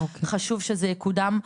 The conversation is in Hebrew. חשוב שזה יקודם,